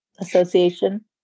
Association